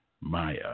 Maya